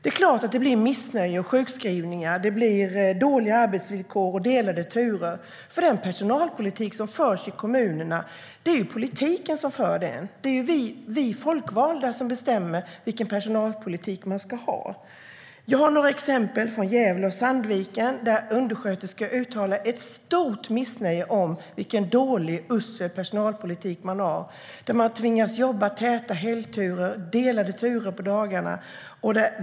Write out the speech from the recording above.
Det är klart att det blir missnöje och sjukskrivningar, dåliga arbetsvillkor och delade turer. Personalpolitiken i kommunerna förs av politikerna. Det är vi folkvalda som bestämmer vilken personalpolitik som ska råda. Jag har några exempel från Gävle och Sandviken. Undersköterskor uttalar ett stort missnöje över den dåliga och usla personalpolitiken. De tvingas jobba täta helgturer och ha delade turer på dagarna.